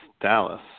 dallas